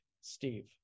Steve